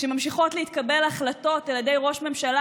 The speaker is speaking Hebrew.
כשממשיכות להתקבל החלטות על ידי ראש ממשלה